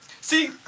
See